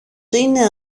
είναι